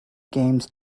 games